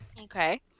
Okay